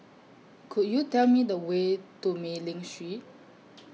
Could YOU Tell Me The Way to Mei Ling Street